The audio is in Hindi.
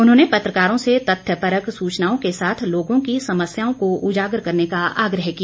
उन्होंने पत्रकारों से तथ्य परक सूचनाओं के साथ लोगों की समस्याओं को उजागर करने का आग्रह किया